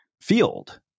field